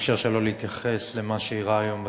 אי-אפשר שלא להתייחס למה שאירע היום בצהריים,